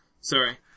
Sorry